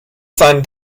seinen